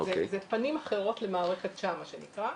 זה פנים אחרות למערכת שע"ם מה שנקרא,